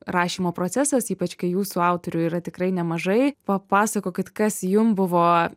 rašymo procesas ypač kai jūsų autorių yra tikrai nemažai papasakokit kas jum buvo